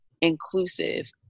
inclusive